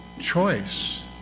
choice